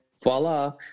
voila